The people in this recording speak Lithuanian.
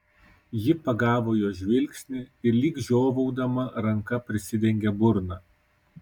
ji pagavo jo žvilgsnį ir lyg žiovaudama ranka prisidengė burną